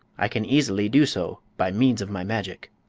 i can easily do so by means of my magic.